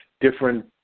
different